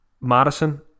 Madison